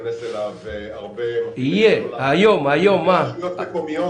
ייכנסו אליו הרבה רשויות מקומיות